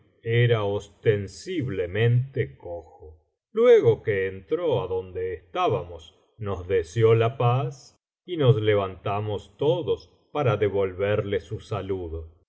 era ostensiblemente cojo luego que entró adonde estábamos nos deseó la paz y nos levantamos todos para devolverle su saludo